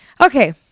Okay